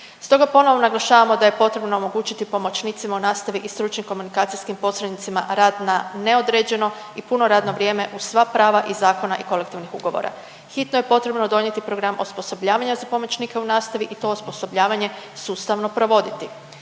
Stoga ponovno naglašavamo da je potrebno omogućiti pomoćnicima u nastavi i stručnim komunikacijskim posrednicima rad na neodređeno i puno radno vrijeme uz sva prava iz zakona i kolektivnih ugovora. Hitno je potrebno donijeti program osposobljavanja za pomoćnike u nastavi i to osposobljavanje sustavno provoditi